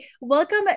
welcome